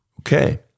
okay